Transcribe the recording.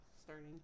starting